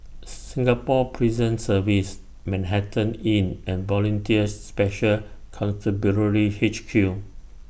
Singapore Prison Service Manhattan Inn and Volunteer Special Constabulary H Q